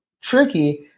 tricky